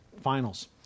Finals